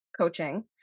coaching